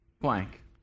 blank